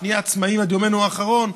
שנהיה עצמאיים עד יומנו האחרון,